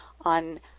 on